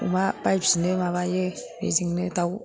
अमा बायफिननो माबायो बेजोंनो दाउ